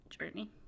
journey